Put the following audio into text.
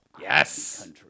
Yes